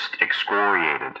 excoriated